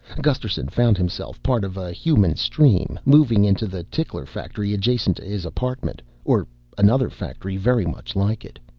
gusterson found himself part of a human stream moving into the tickler factory adjacent to his apartment or another factory very much like it.